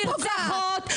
נרצחות,